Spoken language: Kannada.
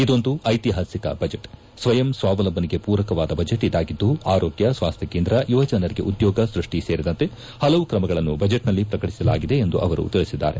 ಇದೊಂದು ಐತಿಹಾಸಿಕ ಬಜೆಟ್ ಸ್ವಯಂ ಸ್ವಾವಲಂಬನೆಗೆ ಪೂರಕವಾದ ಬಜೆಟ್ ಇದಾಗಿದ್ದು ಆರೋಗ್ತ ಸ್ವಾಸ್ತ್ವ ಕೇಂದ್ರ ಯುವಜನರಿಗೆ ಉದ್ದೋಗ ಸೃಷ್ಟಿ ಸೇರಿದಂತೆ ಪಲವು ಕ್ರಮಗಳನ್ನು ಬಜೆಟ್ನಲ್ಲಿ ಪ್ರಕಟಿಸಲಾಗಿದೆ ಎಂದು ಅವರು ತಿಳಿಸಿದ್ದಾರೆ